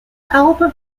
album